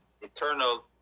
eternal